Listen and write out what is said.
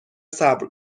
صبر